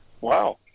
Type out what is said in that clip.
wow